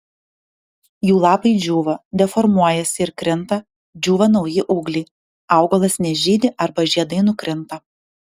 jų lapai džiūva deformuojasi ir krinta džiūva nauji ūgliai augalas nežydi arba žiedai nukrinta